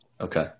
Okay